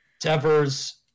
Devers